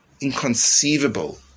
inconceivable